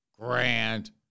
grand